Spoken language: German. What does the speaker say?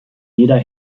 jeder